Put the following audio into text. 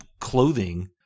clothing